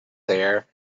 there